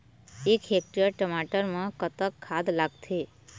एक हेक्टेयर टमाटर म कतक खाद लागथे?